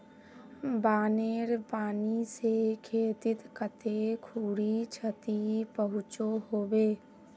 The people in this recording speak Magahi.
बानेर पानी से खेतीत कते खुरी क्षति पहुँचो होबे?